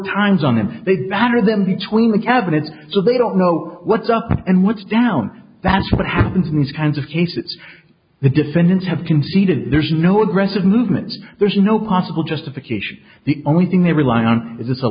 times on him they'd batter them between the cabinet so they don't know what's up and what's down that's what happens in these kinds of cases the defendants have conceded there's no aggressive movement there's no possible justification the only thing they rely on is this a